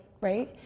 right